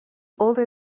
older